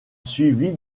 suivit